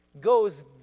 goes